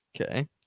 Okay